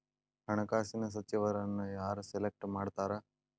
ಹಣಕಾಸಿನ ಸಚಿವರನ್ನ ಯಾರ್ ಸೆಲೆಕ್ಟ್ ಮಾಡ್ತಾರಾ